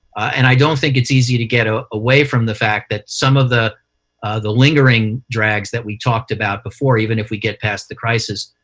and i don't think it's easy to get ah away from the fact that some of the lingering drags that we talked about before, even if we get past the crisis,